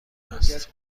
است